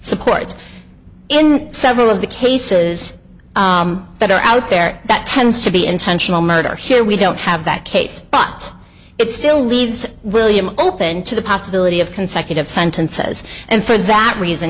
supports in several of the cases that are out there that tends to be intentional murder here we don't have that case but it still leaves william open to the possible of consecutive sentences and for that reason